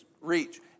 reach